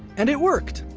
and it worked!